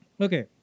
Okay